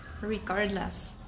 regardless